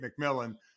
McMillan